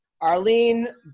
Arlene